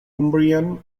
umbrian